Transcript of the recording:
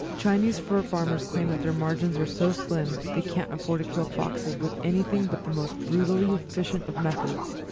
chinese fur farmers claim that their margins are so slim, they can't afford to kill foxes with anything but the most brutally efficient of methods,